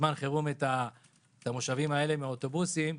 בזמן חירום את המושבים האלה מהאוטובוסים,